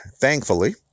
thankfully